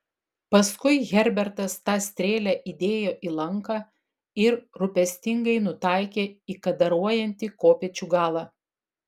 paskui herbertas tą strėlę įdėjo į lanką ir rūpestingai nutaikė į kadaruojantį kopėčių galą